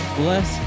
bless